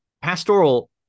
pastoral